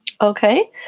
Okay